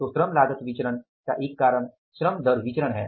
तो श्रम लागत विचरण का एक कारण श्रम दर विचरण है